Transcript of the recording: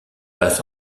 passe